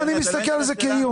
לא, אני מסתכל על זה כאיום.